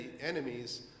enemies